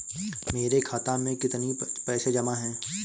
मेरे खाता में कितनी पैसे जमा हैं?